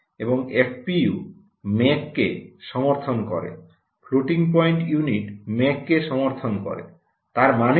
এবং এফপিইউ ম্যাককে সমর্থন করে ফ্লোটিং পয়েন্ট ইউনিট ম্যাককে সমর্থন করে তার মানে কি